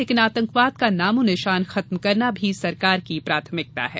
लेकिन आतंकवाद का नामोनिशान खत्म करना भी सरकार की प्राथमिकता है